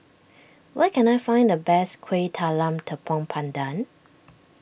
where can I find the best Kueh Talam Tepong Pandan